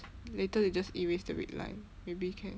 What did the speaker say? later they just erase the red line maybe can